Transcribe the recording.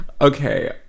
Okay